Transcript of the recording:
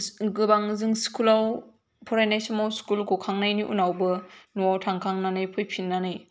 गोबां जों स्कुलाव फरायनाय समाव स्कुल गखांनायनि उनावबो न'वाव थांखांनानै फैफिननानै